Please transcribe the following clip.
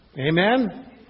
Amen